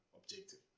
objective